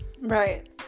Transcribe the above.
Right